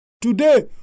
Today